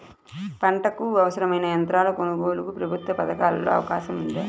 పంటకు అవసరమైన యంత్రాల కొనగోలుకు ప్రభుత్వ పథకాలలో అవకాశం ఉందా?